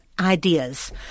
ideas